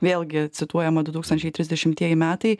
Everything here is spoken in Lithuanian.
vėlgi cituojama du tūkstančiai trisdešimtieji metai